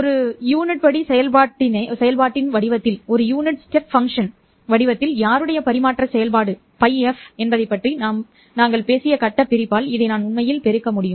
ஒரு யூனிட் படி செயல்பாட்டின் வடிவத்தில் யாருடைய பரிமாற்ற செயல்பாடு Фf என்பதைப் பற்றி நாங்கள் பேசிய கட்டப் பிரிப்பால் இதை நான் உண்மையில் பெருக்க முடியும்